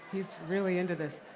he's really into this.